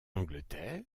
angleterre